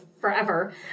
forever